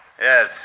Yes